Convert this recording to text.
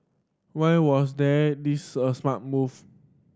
why was they this a smart move